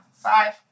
Five